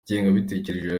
ingengabitekerezo